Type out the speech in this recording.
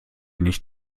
nicht